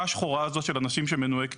השחורה הזאת של אנשים שהם מנועי כניסה.